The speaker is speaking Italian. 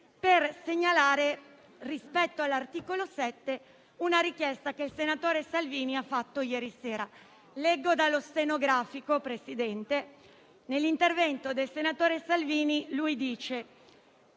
per segnalare - in riferimento all'articolo 7 - una richiesta che il senatore Salvini ha avanzato ieri sera. Leggo dallo stenografico, Presidente. Nel suo intervento il senatore Salvini dice